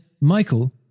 Michael